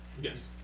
Yes